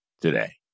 today